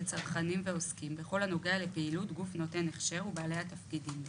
צרכנים ועוסקים בכל הנוגע לפעילות גוף נותן הכשר ובעלי תפקידים בו,